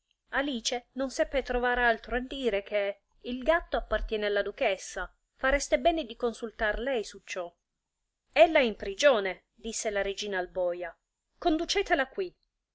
alice non seppe trovar altro a dire che il gatto appartiene alla duchessa fareste bene di consultar lei su di ciò ella è in prigione disse la regina al boja conducetela quì